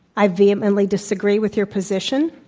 i vehemently disagree with your position,